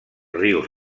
rius